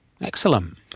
Excellent